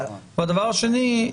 והדבר השני,